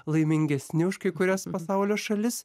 laimingesni už kai kurias pasaulio šalis